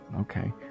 Okay